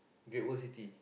Great-World-City